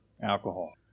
alcohol